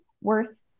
worth